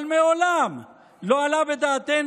אבל מעולם לא עלה בדעתנו,